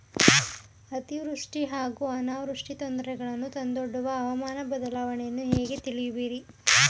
ಅತಿವೃಷ್ಟಿ ಹಾಗೂ ಅನಾವೃಷ್ಟಿ ತೊಂದರೆಗಳನ್ನು ತಂದೊಡ್ಡುವ ಹವಾಮಾನ ಬದಲಾವಣೆಯನ್ನು ಹೇಗೆ ತಿಳಿಯುವಿರಿ?